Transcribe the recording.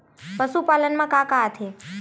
पशुपालन मा का का आथे?